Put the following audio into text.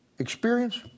Experience